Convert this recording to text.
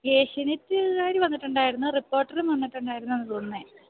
ഏഷ്യാനെറ്റുകാര് വന്നിട്ടുണ്ടായിരുന്നു റിപ്പോർട്ടറും വന്നിട്ടുണ്ടായിരുന്നു എന്നാ തോന്നുന്നത്